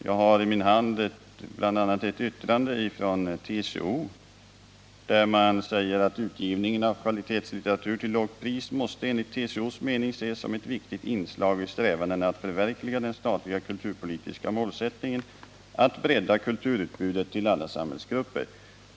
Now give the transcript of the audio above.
Jag har i min hand ett yttrande från TCO, som framhåller: ”Utgivningen av kvalitetslitteratur till lågt pris måste enligt TCO:s mening ses som ett viktigt inslag i strävandena att förverkliga den statliga kulturpolitiska målsättningen att bredda kulturutbudet till alla samhällsgrupper.